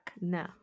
No